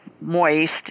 moist